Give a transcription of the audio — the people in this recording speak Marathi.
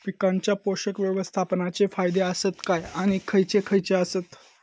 पीकांच्या पोषक व्यवस्थापन चे फायदे आसत काय आणि खैयचे खैयचे आसत?